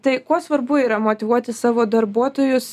tai kuo svarbu yra motyvuoti savo darbuotojus